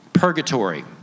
Purgatory